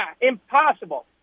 impossible